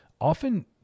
Often